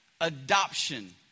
adoption